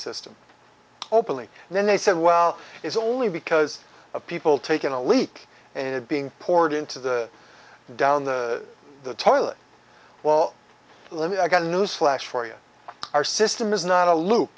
system hopefully then they said well it's only because of people taking a leak and it being poured into the down the toilet well let me i got a newsflash for you our system is not a loop